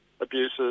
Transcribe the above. abuses